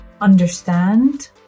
understand